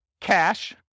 cash